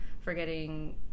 forgetting